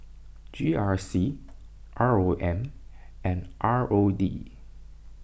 G R C R O M and R O D